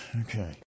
Okay